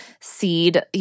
seed